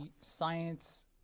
science